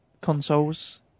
consoles